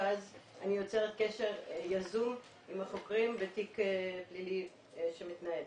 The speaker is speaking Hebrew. ואז אני יוצרת קשר יזום עם החוקרים בתיק פלילי שמתנהל,